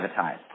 privatized